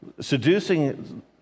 seducing